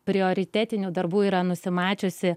prioritetinių darbų yra nusimačiusi